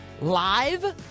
Live